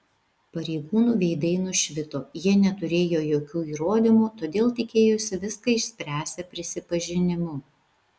pareigūnų veidai nušvito jie neturėjo jokių įrodymų todėl tikėjosi viską išspręsią prisipažinimu